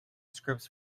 scripts